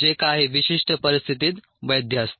जे काही विशिष्ट परिस्थितीत वैध असते